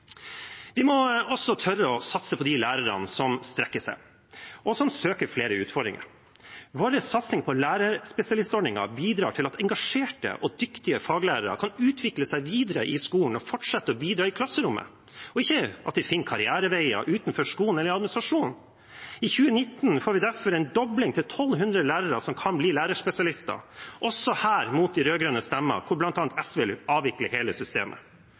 Vi må også tørre å satse på de lærerne som strekker seg, og som søker flere utfordringer. Vår satsing på lærerspesialistordningen bidrar til at engasjerte og dyktige faglærere kan utvikle seg videre i skolen og fortsette å bidra i klasserommet, og at de ikke finner karriereveier utenfor skolen eller i administrasjonen. I 2019 får vi derfor en dobling til 1 200 lærere som kan bli lærerspesialister, også her mot de rød-grønnes stemmer, hvor bl.a. SV vil avvikle hele systemet.